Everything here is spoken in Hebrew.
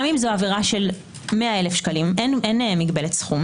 גם אם זו עבירה של 100,000 שקלים אין מגבלת סכום